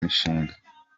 mishinga